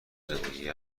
زندگی